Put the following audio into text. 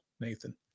Nathan